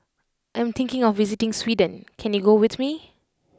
I am thinking of visiting Sweden can you go with me